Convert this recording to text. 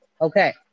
okay